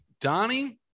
donnie